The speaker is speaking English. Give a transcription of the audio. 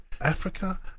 Africa